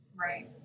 Right